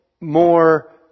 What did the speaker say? more